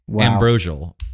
Ambrosial